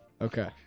Okay